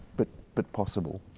but but possible.